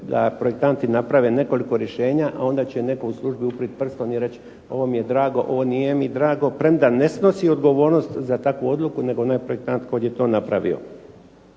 da projektanti naprave nekoliko rješenja a onda će netko u službi uprit prstom i reći ovo mi je drago, ovo nije mi drago, premda ne snosi odgovornost za takvu odluku, nego onaj projektant koji je to napravio.